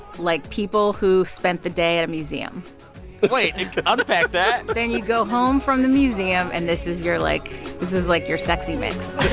like, people who spent the day at a museum like wait. like unpack that then you go home from the museum and this is you're like this is, like, your sexy mix